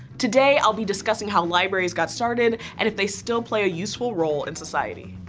today, i'll be discussing how libraries got started and if they still play a useful role in society.